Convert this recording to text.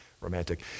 romantic